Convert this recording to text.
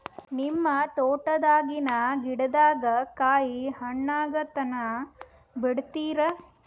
ನಿಮ್ಮ ತೋಟದಾಗಿನ್ ಗಿಡದಾಗ ಕಾಯಿ ಹಣ್ಣಾಗ ತನಾ ಬಿಡತೀರ?